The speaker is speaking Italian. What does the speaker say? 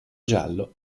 giallo